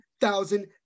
Thousand